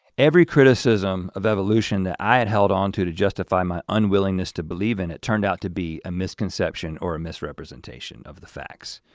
every criticism of evolution that i had held onto to justify my unwillingness to believe in it turned out to be a misconception or a misrepresentation of the facts.